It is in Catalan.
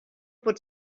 pot